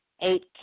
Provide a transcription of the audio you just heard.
eight